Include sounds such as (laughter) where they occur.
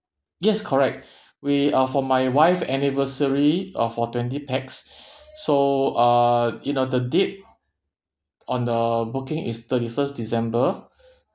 yes correct (breath) we uh for my wife anniversary uh for twenty pax (breath) so uh you know the date on the booking is thirty first december (breath)